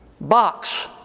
box